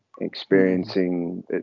experiencing